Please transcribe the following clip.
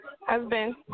Husband